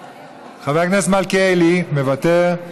מוותר,